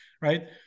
right